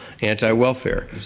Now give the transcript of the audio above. anti-welfare